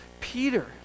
Peter